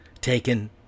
taken